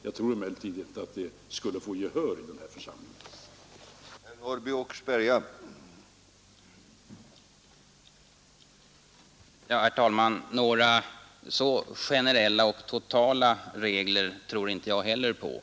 Jag tror emellertid inte att det skulle få gehör i den här församlingen för detta.